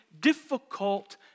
difficult